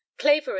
clavering